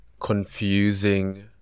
confusing